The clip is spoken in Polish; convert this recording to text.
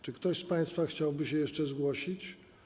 Czy ktoś z państwa chciałby się jeszcze zgłosić?